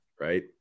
Right